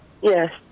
Yes